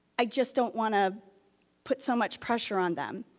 i just don't wanna put so much pressure on them.